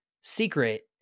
secret